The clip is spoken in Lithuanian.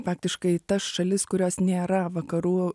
faktiškai tas šalis kurios nėra vakarų